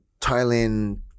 Thailand